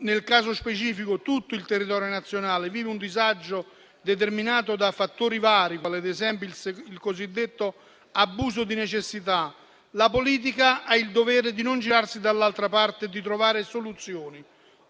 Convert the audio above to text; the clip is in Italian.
nel caso specifico tutto il territorio nazionale, vive un disagio determinato da fattori vari, quali ad esempio il cosiddetto abuso di necessità, la politica ha il dovere di non girarsi dall'altra parte e di trovare soluzioni.